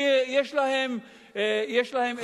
שיש להם את ההגנה,